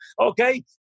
okay